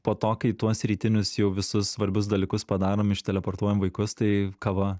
po to kai tuos rytinius jau visus svarbius dalykus padarom išteleportuojam vaikus tai kava